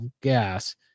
gas